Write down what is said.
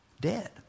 dead